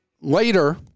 later